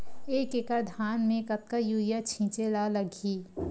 एक एकड़ धान में कतका यूरिया छिंचे ला लगही?